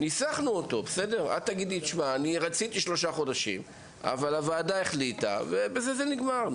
את תגידי שרצית שלושה חודשים אבל הוועדה החליטה ובזה זה נגמר.